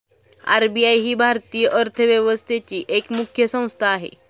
RBI ही भारतीय अर्थव्यवस्थेची एक मुख्य संस्था आहे